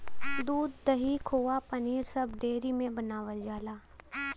दूध, दही, खोवा पनीर सब डेयरी में बनावल जाला